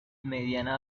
mediana